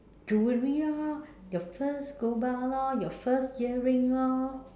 jewelry orh your first gold bar lor your first earring orh